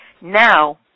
Now